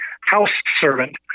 house-servant